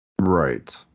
Right